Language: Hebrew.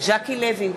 ז'קי לוי,